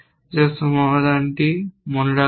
যা সমাধানটি মনে রাখবেন